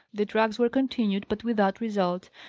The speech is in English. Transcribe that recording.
the drags were continued, but without result.